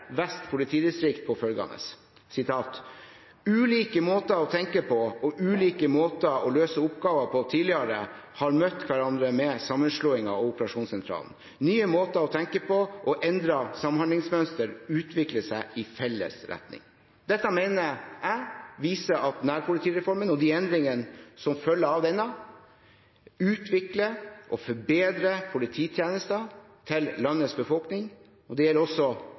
Vest politidistrikt på at ulike måter å tenke på og ulike måter å løse oppgaver på tidligere har møtt hverandre med samanslåingen av operasjonssentralene. Nye måter å tenke på og endrede samhandlingsmønster utvikler seg i felles retning. Dette mener jeg viser at nærpolitireformen og de endringene som følger av den, utvikler og forbedrer polititjenester til landets befolkning. Det gjelder også